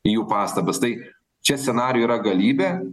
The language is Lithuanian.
į jų pastabas tai čia scenarijų yra galybė